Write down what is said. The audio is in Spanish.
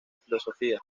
filosofía